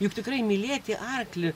juk tikrai mylėti arklį